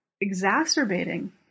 exacerbating